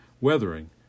weathering